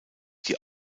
die